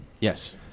Yes